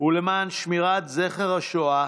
ולמען שמירת זכר השואה